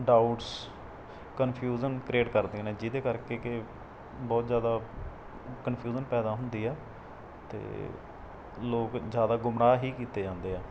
doubts confusion create ਕਰਦੀਆਂ ਨੇ ਜਿਹਦੇ ਕਰਕੇ ਕਿ ਬਹੁਤ ਜ਼ਿਆਦਾ ਕੰਫਿਊਜਨ ਪੈਦਾ ਹੁੰਦੀ ਆ ਅਤੇ ਲੋਕ ਜ਼ਿਆਦਾ ਗੁੰਮਰਾਹ ਹੀ ਕੀਤੇ ਜਾਂਦੇ ਆ